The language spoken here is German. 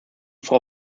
frau